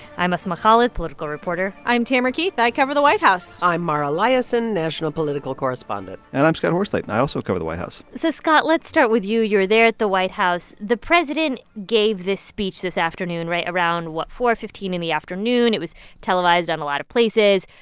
i'm asma khalid, political reporter i'm tamara keith. i cover the white house i'm mara liasson, national political correspondent and i'm scott horsley. and i also cover the white house so, scott, let's start with you. you're there at the white house. the president gave this speech this afternoon right? around what? four fifteen in the afternoon. it was televised on a lot of places,